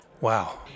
wow